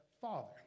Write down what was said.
father